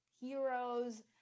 heroes